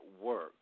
work